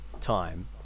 time